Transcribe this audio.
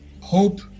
hope